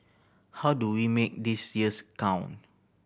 how do we make these years count